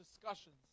discussions